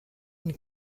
une